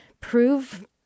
prove